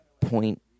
point